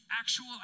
actual